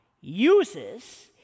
uses